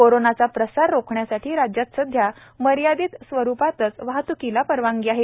कोरोनाचा प्रसार रोखण्यासाठी राज्यात सध्या मर्यादीत स्वरुपातच वाहतुकीला परवानगी आहे